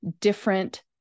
different